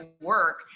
work